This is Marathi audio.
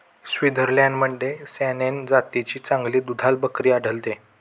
स्वित्झर्लंडमध्ये सॅनेन जातीची चांगली दुधाळ बकरी आढळते